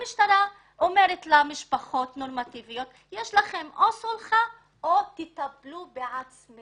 המשטרה אומרת למשפחות הנורמטיביות שיש להן או סולחה או שיטפלו בעצמן